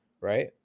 right